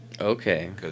okay